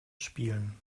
spielen